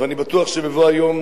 ואני בטוח שבבוא היום,